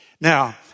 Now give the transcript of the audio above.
Now